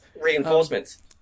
reinforcements